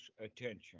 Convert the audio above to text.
attention